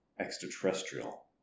extraterrestrial